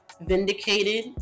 vindicated